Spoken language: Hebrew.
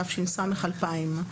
התש"ס-2000".